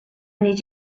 need